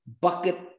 bucket